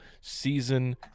season